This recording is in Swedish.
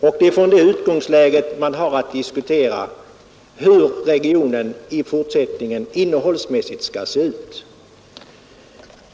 Det är från det utgångläget man har att diskutera hur regionen i fortsättningen innehållsmässigt skall se ut.